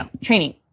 Training